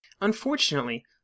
Unfortunately